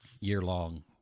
year-long